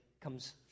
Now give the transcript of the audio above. comes